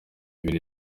ibiri